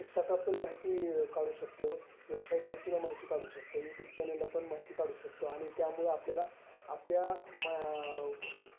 पुस्तकातून माहिती काढू शकतो वेबसाईटवरसुद्धा माहिती काढू शकतो यूट्यूब चॅनलला पण माहिती काढू शकतो आणि त्यामुळे आपल्याला आपल्या मा